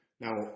Now